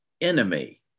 enemy